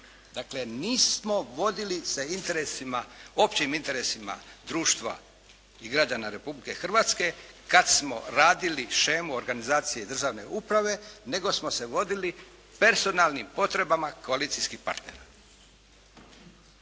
Znači, nismo vodili se općim interesima društva i građana Republike Hrvatske kad smo radili shemu organizacije državne uprave nego smo se vodili personalnim potrebama koalicijskih partnera.